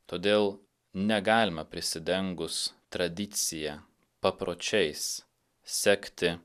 todėl negalima prisidengus tradicija papročiais sekti